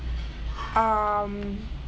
um